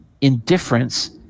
indifference